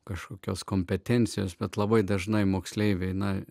kažkokios kompetencijos bet labai dažnai moksleiviai na